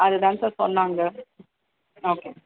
அதுதாங்க சார் சொன்னாங்க ஓகே